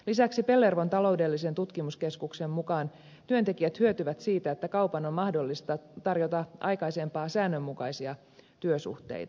lisäksi pellervon taloudellisen tutkimuslaitoksen mukaan työntekijät hyötyvät siitä että kaupan on mahdollista tarjota aikaisempaa säännönmukaisempia työsuhteita